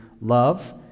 love